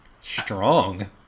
Strong